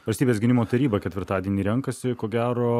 valstybės gynimo taryba ketvirtadienį renkasi ko gero